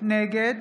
נגד